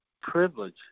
privilege